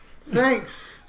Thanks